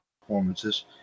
performances